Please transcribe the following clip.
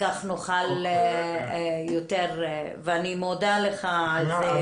אני מודה לך.